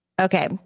Okay